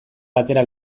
batera